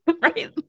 Right